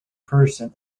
person